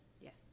Yes